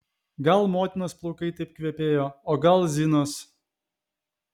gal motinos plaukai taip kvepėjo o gal zinos